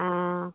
অ